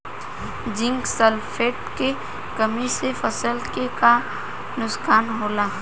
Zinc sulphate के कमी से फसल के का नुकसान होला?